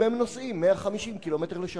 אם הם נוסעים 150 קמ"ש?